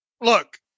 look